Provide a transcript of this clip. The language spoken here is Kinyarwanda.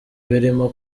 birimo